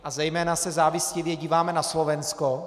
A zejména se závistivě díváme na Slovensko.